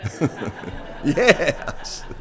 Yes